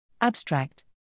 Abstract